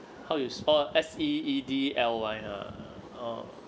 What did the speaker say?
how you spell S_E_E_D_L_Y ah oh